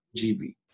GB